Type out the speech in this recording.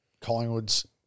Collingwood's